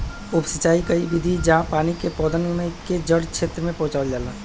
उप सिंचाई क इक विधि है जहाँ पानी के पौधन के जड़ क्षेत्र में पहुंचावल जाला